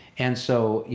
and so,